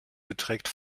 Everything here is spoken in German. beträgt